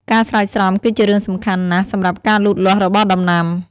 ការស្រោចស្រពគឺជារឿងសំខាន់ណាស់សម្រាប់ការលូតលាស់របស់ដំណាំ។